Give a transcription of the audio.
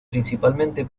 principalmente